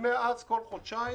מאז בכל חודשיים